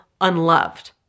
unloved